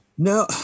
No